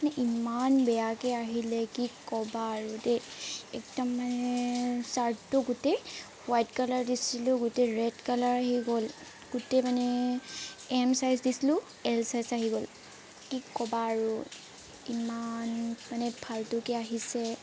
ইমান বেয়াকৈ আহিলে কি ক'বা আৰু দেই একদম মানে শ্বাৰ্টটো গোটেই হোৱাইট কালাৰ দিছিলো গোটেই ৰেড কালাৰ আহি গ'ল গোটেই মানে এম ছাইজ দিছিলো এল ছাইজ আহি গ'ল কি ক'বা আৰু ইমান মানে ফালটোকে আহিছে